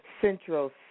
Central